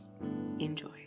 enjoy